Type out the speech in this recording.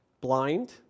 blind